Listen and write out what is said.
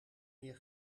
meer